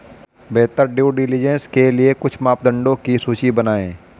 बेहतर due diligence के लिए कुछ मापदंडों की सूची बनाएं?